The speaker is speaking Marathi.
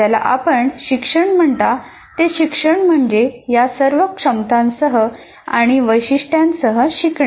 ज्याला आपण शिक्षण म्हणता ते शिक्षण म्हणजे या सर्व क्षमतांसह आणि वैशिष्ट्यांसह शिकणे